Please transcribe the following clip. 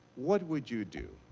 what would you do?